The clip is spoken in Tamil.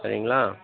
சரிங்களா